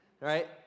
Right